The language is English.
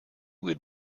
would